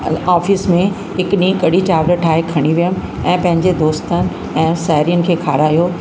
अ office में हिकु ॾींहुं कढ़ी चांवर ठाहे खणी वियमि ऐं पंहिंजे दोस्तनि ऐं साहिड़ियुनि खे खारायो